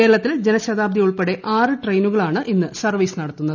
കേരളത്തിൽ ജനശതാബ്ദി ഉൾപ്പെടെ ആറ് ട്രെയിനുകളാണ് ഇന്ന് സർവ്വീസ് നടത്തുക